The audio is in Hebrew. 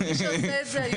נכון.